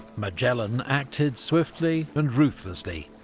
magellan acted swiftly and ruthlessly,